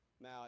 Now